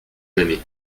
jamais